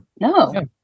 No